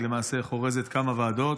היא למעשה חורזת כמה ועדות.